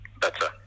better